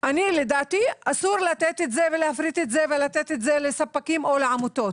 לדעתי אסור להפריט את זה ולתת את זה לספקים או לעמותות.